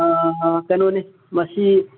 ꯀꯩꯅꯣꯅꯦ ꯃꯁꯤ